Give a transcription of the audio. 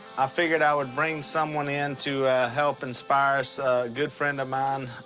i figured i would bring someone in to help inspire us, a good friend of mine.